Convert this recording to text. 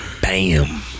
bam